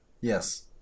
Yes